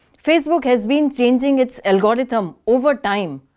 facebook has been changing its algorithm over time.